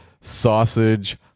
sausage